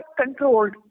controlled